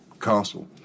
castle